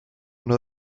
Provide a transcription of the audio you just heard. uno